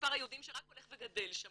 מספר היהודים שרק הולך וגדל שם,